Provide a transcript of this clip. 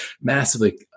massively